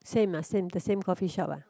same ah same the same coffee shop ah